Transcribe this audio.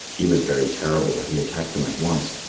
he was very terrible, and he attacked them at once.